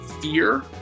fear